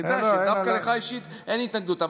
אני יודע שדווקא לך אישית אין התנגדות.